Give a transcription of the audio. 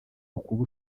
ukuba